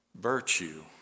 virtue